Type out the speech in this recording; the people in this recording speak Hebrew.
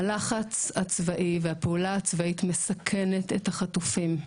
הלחץ הצבאי והפעולה הצבאית מסכנת את החטופים,